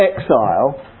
exile